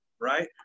right